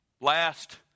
last